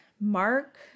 Mark